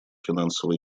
финансово